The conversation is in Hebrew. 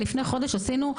לפני חודש עשינו,